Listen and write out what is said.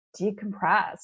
decompress